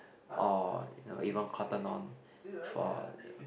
or you know Cotton-on for